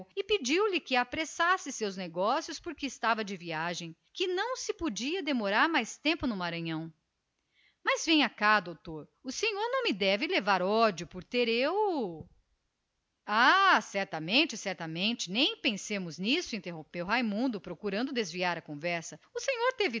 e pediu-lhe secamente que apressasse os seus negócios e o despachasse quanto antes porque não podia demorar-se mais tempo no maranhão precisava partir o mais cedo possível mas venha cá doutor o senhor não me deve guardar ódio por ter eu ah certamente certamente nem pensemos nisso interrompeu raimundo procurando desviar a conversa o senhor